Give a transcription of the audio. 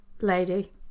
lady